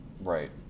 right